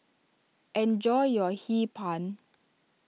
enjoy your Hee Pan